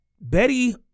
Betty